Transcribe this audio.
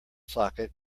socket